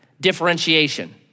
differentiation